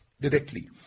directly